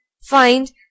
find